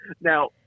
now